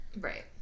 Right